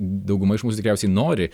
dauguma iš mūsų tikriausiai nori